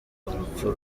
urupfu